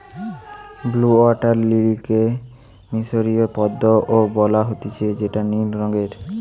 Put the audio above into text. blue water লিলিকে মিশরীয় পদ্ম ও বলা হতিছে যেটা নীল রঙের